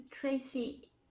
Tracy